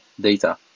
data